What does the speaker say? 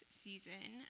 season